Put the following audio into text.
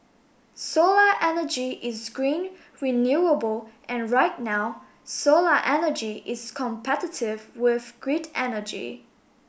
solar energy is green renewable and right now solar energy is competitive with grid energy